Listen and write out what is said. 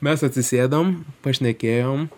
mes atsisėdom pašnekėjom